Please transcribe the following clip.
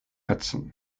hudson